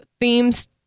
themes